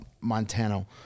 Montano